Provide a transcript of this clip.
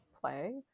play